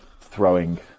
throwing